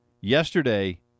yesterday